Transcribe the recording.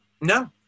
no